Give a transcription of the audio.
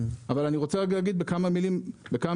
אני רוצה להגיד בכמה משפטים.